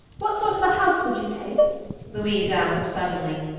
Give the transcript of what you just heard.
what sort of a house would you take louise asked suddenly.